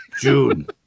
June